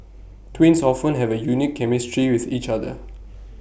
twins often have A unique chemistry with each other